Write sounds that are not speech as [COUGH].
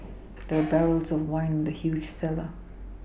there [NOISE] were barrels of wine in the huge cellar